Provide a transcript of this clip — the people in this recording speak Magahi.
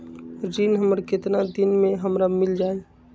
ऋण हमर केतना दिन मे हमरा मील जाई?